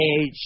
age